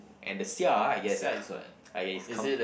and the sia I guess it come ya it comes